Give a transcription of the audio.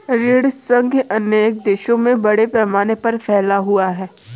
ऋण संघ अनेक देशों में बड़े पैमाने पर फैला हुआ है